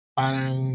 parang